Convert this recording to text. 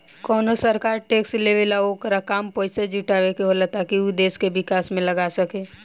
कवनो सरकार टैक्स लेवेला ओकर काम पइसा जुटावे के होला ताकि उ देश के विकास में लगा सके